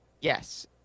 Yes